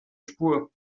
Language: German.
spur